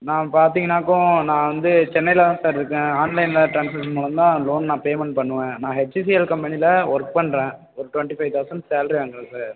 நான் பார்த்திங்கனாக்கும் நான் வந்து சென்னைல தான் சார் இருக்கேன் ஆன்லைனில் ட்ரான்ஸ்ஃபர் மூலமாக லோன் நான் பேமெண்ட் பண்ணுவன் நான் எச்இசிஎல் கம்பெனியில ஒர்க் பண்ணுறன் ஒரு ட்வெண்ட்டி ஃபைவ் தௌசண்ட் சால்ரி வாங்குறேன் சார்